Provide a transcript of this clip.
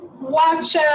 watch